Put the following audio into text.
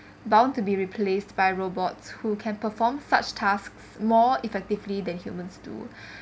bound to be replaced by robots who can perform such tasks more effectively than humans do